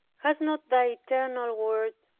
has not thy eternal word,